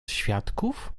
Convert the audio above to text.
świadków